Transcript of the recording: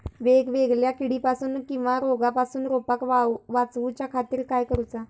वेगवेगल्या किडीपासून किवा रोगापासून रोपाक वाचउच्या खातीर काय करूचा?